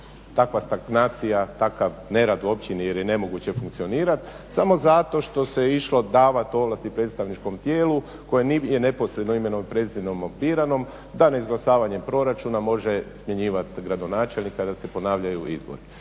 takva stagnacija, takav nerad u općini jer je nemoguće funkcionirati, samo zato što se išlo davat ovlasti predstavničkom tijelu koje je neposredno imenom i prezimenom birano, da neizglasavanjem proračuna može smjenjivat gradonačelnika, da se ponavljaju izbori.